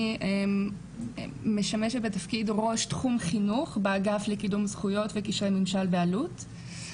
אני משמשת בתפקיד ראש תחום חינוך באגף לקידום זכויות וקשרי ממשל באלו"ט.